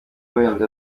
wenda